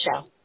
show